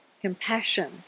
compassion